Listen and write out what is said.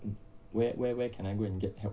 where where where can I go and get help